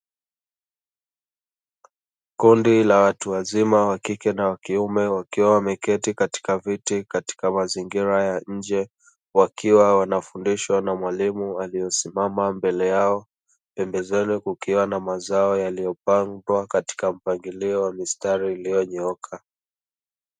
Kundi la watu wazima wakike na kiume wakiwa wameketi katika viti katika mazingira ya nje wakiwa wanafundishwa na mwalimu aliyesimama mbele yao pembezoni kukiwa na mazao yaliyopandwa katika mpangilio wa mistari iliyonyooka.